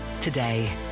today